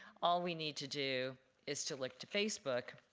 all we need to do is to look to facebook,